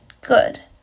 good